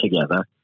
together